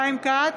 חיים כץ,